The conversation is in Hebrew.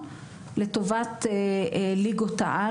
לצערי,